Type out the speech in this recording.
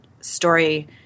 story